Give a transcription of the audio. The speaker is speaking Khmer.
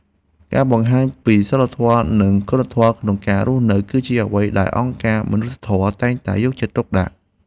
ការបង្ហាញពីសីលធម៌និងគុណធម៌ក្នុងការរស់នៅគឺជាអ្វីដែលអង្គការមនុស្សធម៌តែងតែយកចិត្តទុកដាក់។